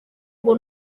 ngo